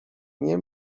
nie